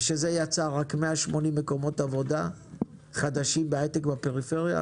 השקעה שיצרה רק 180 מקומות עבודה חדשים בהייטק בפריפריה,